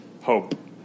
hope